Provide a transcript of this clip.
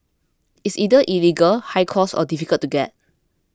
it's either illegal high cost or difficult to get